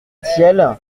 tielle